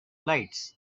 lights